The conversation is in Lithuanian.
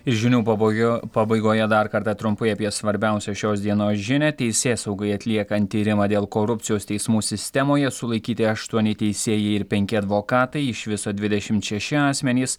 žinių paba pabaigoje dar kartą trumpai apie svarbiausią šios dienos žinią teisėsaugai atliekant tyrimą dėl korupcijos teismų sistemoje sulaikyti aštuoni teisėjai ir penki advokatai iš viso dvidešimt šeši asmenys